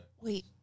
Wait